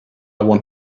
want